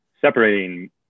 separating